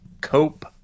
cope